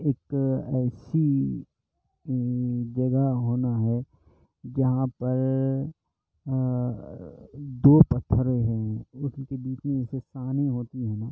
ایک ایسی جگہ ہونا ہے جہاں پر دو پتھریں ہوں اس کے بیچ میں جیسے پانی ہوتی ہے نا